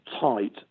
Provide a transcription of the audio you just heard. tight